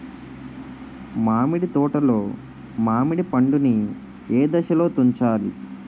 మామిడి తోటలో మామిడి పండు నీ ఏదశలో తుంచాలి?